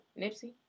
Nipsey